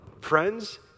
Friends